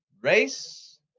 race